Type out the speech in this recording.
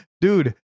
Dude